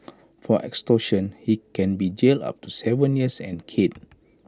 for extortion he can be jailed up to Seven years and caned